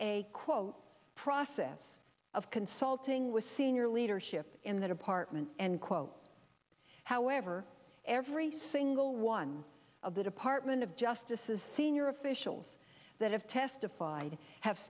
a quote process of consulting with senior leadership in the department and quote however every single one of the department of justice's senior officials that have testified have